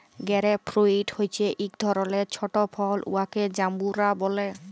grape fruit হছে ইক ধরলের ছট ফল উয়াকে জাম্বুরা ব্যলে